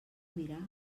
mirar